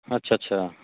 ਅੱਛਾ ਅੱਛਾ